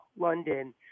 London